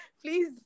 Please